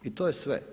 I to je sve.